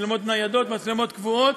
מצלמות ניידות, מצלמות קבועות,